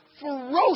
ferocious